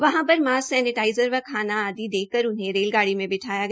वहां पर mask sanitizer व खाना आदि देकर उन्हें रेलगाड़ी में बिठाया गया